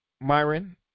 Myron